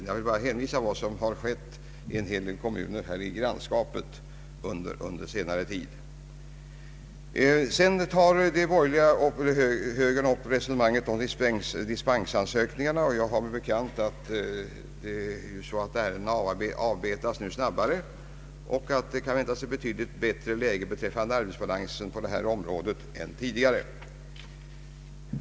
Jag vill bara hänvisa till vad som skett i en hel del kommuner i grannskapet under senare tid. Sedan tar de moderata upp resonemanget om dispensansökningarna. Jag har mig bekant att ärendena nu avbetas snabbare och att det kan väntas en betydligt bättre arbetsbalans på detta område än tidigare.